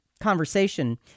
conversation